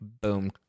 boom